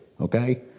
okay